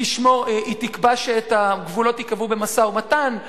היא תקבע שאת הגבולות יקבעו במשא-ומתן,